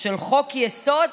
של חוק-יסוד,